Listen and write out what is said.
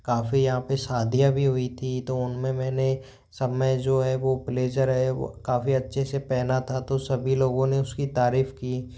काफ़ी यहाँ पे शादियाँ भी हुई थी तो उनमे मैंने सब में जो है वो ब्लेज़र है वो काफ़ी अच्छे से पहना था तो सभी लोगों ने उसकी तारीफ की